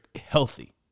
healthy